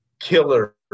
killer